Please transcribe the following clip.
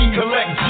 collect